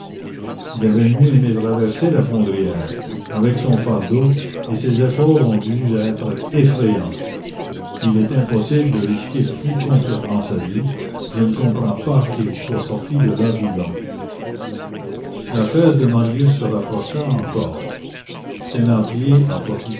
il avait mieux aimé traverser la fondrière avec son fardeau et ses efforts ont dû être effrayants il est impossible de risquer plus complètement sa vie je ne comprends pas qu'il soit sorti de là vivant la chaise de marius se rapprocha encore thénardier en profita